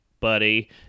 buddy